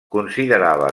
considerava